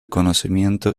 conocimiento